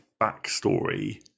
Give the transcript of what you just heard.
backstory